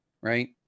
Right